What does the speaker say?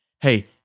Hey